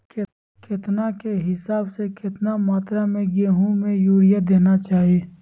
केतना के हिसाब से, कितना मात्रा में गेहूं में यूरिया देना चाही?